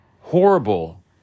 Horrible